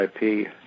IP